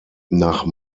nach